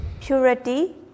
purity